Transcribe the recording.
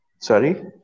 Sorry